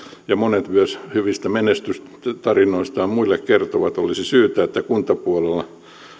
ja monet myös hyvistä menestystarinoistaan muille kertovat olisi syytä että kuntapuolella